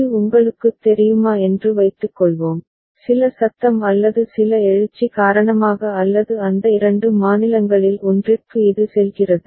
இது உங்களுக்குத் தெரியுமா என்று வைத்துக்கொள்வோம் சில சத்தம் அல்லது சில எழுச்சி காரணமாக அல்லது அந்த இரண்டு மாநிலங்களில் ஒன்றிற்கு இது செல்கிறது